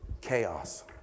chaos